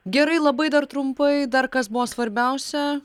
gerai labai dar trumpai dar kas buvo svarbiausia